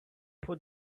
put